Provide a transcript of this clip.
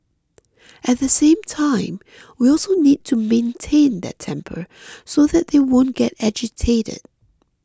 at the same time we also need to maintain their temper so that they won't get agitated